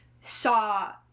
saw